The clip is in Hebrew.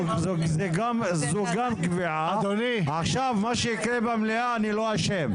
מה שיקרה עכשיו במליאה, אני לא אשם.